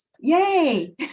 Yay